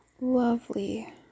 lovely